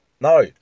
No